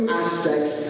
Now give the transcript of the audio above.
aspects